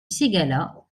ségala